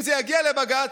אם זה יגיע לבג"ץ,